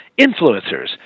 influencers